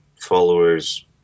followers